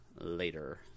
later